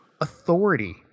authority